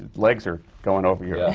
legs are going over you. yeah